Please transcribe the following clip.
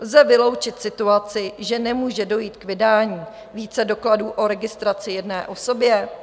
Lze vyloučit situaci, že nemůže dojít k vydání více dokladů o registraci jedné osobě?